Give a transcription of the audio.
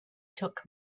took